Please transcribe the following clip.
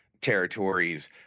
territories